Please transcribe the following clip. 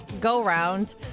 go-round